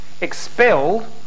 expelled